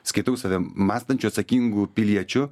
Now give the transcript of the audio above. skaitau save mąstančiu atsakingu piliečiu